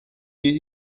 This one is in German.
gehe